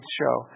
show